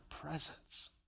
presence